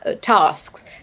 tasks